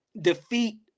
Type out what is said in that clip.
defeat